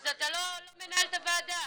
אז אתה לא מנהל את הוועדה.